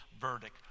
verdict